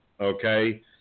Okay